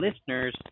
listeners